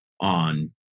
on